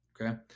Okay